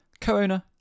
co-owner